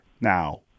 now